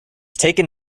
taken